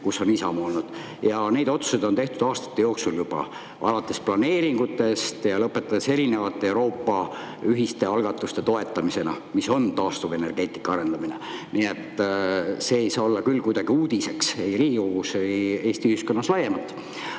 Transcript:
kus on Isamaa olnud. Neid otsuseid on tehtud aastate jooksul, alates planeeringutest ja lõpetades erinevate Euroopa ühiste algatuste toetamisega – see on taastuvenergeetika arendamine. Nii et see ei saa olla küll kuidagi uudiseks ei Riigikogus, ei Eesti ühiskonnas laiemalt.